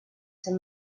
ser